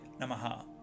Namaha